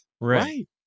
Right